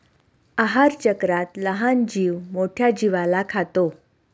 आहारचक्रात लहान जीव मोठ्या जीवाला खातो